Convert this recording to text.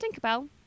Tinkerbell